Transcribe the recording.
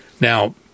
Now